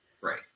Right